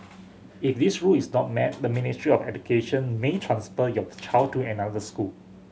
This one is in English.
if this rule is not met the Ministry of Education may transfer your child to another school